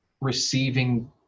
receiving